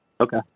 Okay